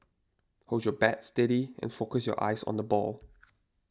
hold your bat steady and focus your eyes on the ball